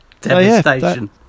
devastation